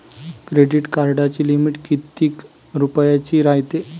Credit कार्डाची limit कितीक रुपयाची रायते?